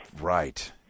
Right